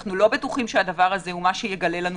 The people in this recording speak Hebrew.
כשאנחנו לא בטוחים שזה מה שיגלה לנו